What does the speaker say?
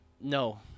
No